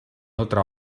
otra